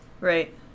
right